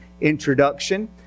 introduction